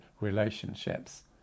relationships